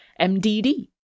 MDD